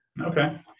Okay